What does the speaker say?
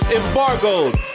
embargoed